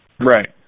Right